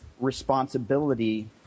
responsibility